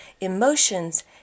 emotions